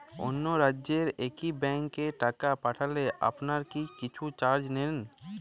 অন্য রাজ্যের একি ব্যাংক এ টাকা পাঠালে আপনারা কী কিছু চার্জ নেন?